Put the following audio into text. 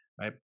right